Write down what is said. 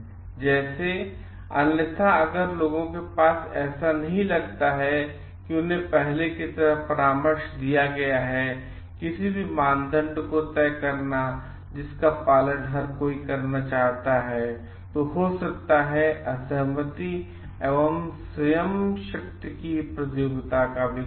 तथा जैसे अन्यथा अगर लोगों को ऐसा नहीं लगता है कि उन्हें पहले की तरह परामर्श दिया गया है किसी भी मानदंड को तय करना जिसका पालन हर कोई करना चाहता है तो हो सकता है असहमति और स्वयं शक्ति की प्रतियोगिता का विकास